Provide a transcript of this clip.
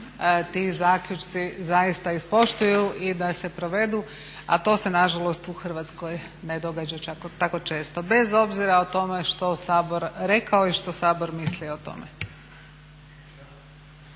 ti zaključci zaista ispoštuju i da se provedu, a to se nažalost u Hrvatskoj ne događa tako često, bez obzira o tome što Sabor rekao i što Sabor mislio o tome.